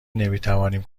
نمیتوانیم